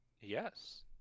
Yes